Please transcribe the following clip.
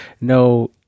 no